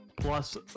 plus